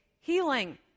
healing